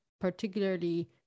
particularly